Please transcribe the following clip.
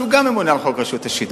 שגם הוא ממונה על חוק רשות השידור.